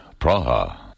Praha